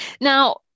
Now